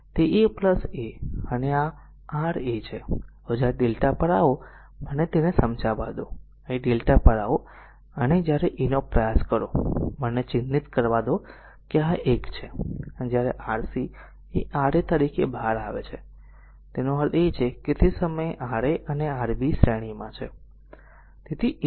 તેથી તે a a a અને a આ r a a છેહવે જ્યારે lrmΔ આવો મને તેને સમજાવા દો જ્યારે અહીં lrmΔ પર આવો અહીં જ્યારે a નો પ્રયાસ કરો મને ચિહ્નિત કરવા દો કે આ એક છે અને આ તે છે જ્યારે Rc એ r a a તરીકે બહાર આવે છે તેનો અર્થ એ છે કે તે સમયે Ra અને Rb શ્રેણીમાં છે